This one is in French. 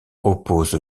oppose